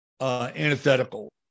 antithetical